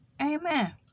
amen